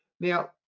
Now